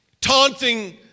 taunting